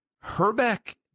Herbeck